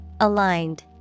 Aligned